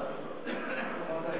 אדוני